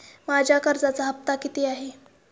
माझा कर्जाचा हफ्ता किती आहे?